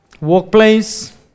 workplace